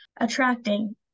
attracting